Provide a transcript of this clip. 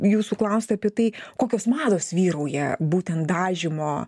jūsų klausti apie tai kokios mados vyrauja būtent dažymo